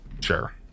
Sure